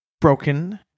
broken